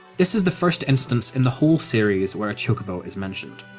this is the first instance in the whole series where a chocobo is mentioned.